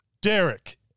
Derek